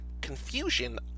confusion